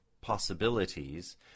possibilities